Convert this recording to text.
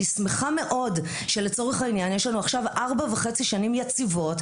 אני שמחה מאוד שלצורך העניין יש לנו עכשיו ארבע וחצי שנים יציבות,